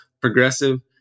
progressive